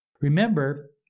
Remember